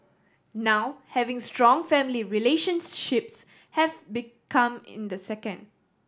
now having strong family relationships have be come in the second